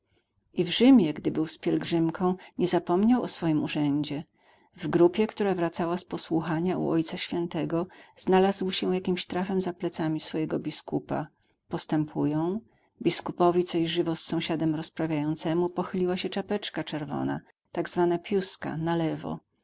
i w rzymie gdy był z pielgrzymką nie zapomniał o swoim urzędzie w grupie która wracała z posłuchania u ojca świętego znalazł się jakimś trafem za plecami swojego biskupa postępują biskupowi coś żywo z sąsiadem rozprawiającemu pochyliła się czapeczka czerwona tak zwana piuska na lewo